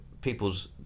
people's